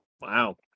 Wow